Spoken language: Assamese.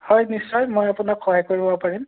হয় নিশ্চয় মই আপোনাক সহায় কৰিব পাৰিম